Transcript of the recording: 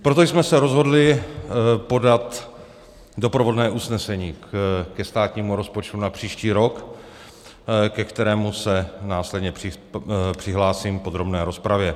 Proto jsme se rozhodli podat doprovodné usnesení ke státnímu rozpočtu na příští rok, ke kterému se následně přihlásím v podrobné rozpravě.